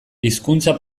hizkuntza